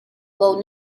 will